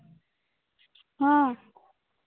ᱦᱮᱸ